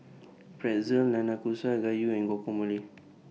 Pretzel Nanakusa Gayu and Guacamole